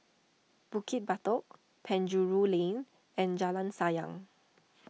Bukit Batok Penjuru Lane and Jalan Sayang